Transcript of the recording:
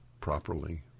properly